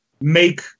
make